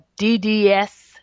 DDS